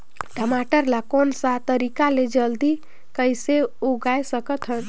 टमाटर ला कोन सा तरीका ले जल्दी कइसे उगाय सकथन?